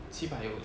七百五